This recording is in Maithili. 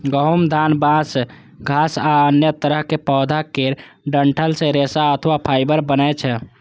गहूम, धान, बांस, घास आ अन्य तरहक पौधा केर डंठल सं रेशा अथवा फाइबर बनै छै